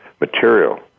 material